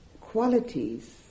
qualities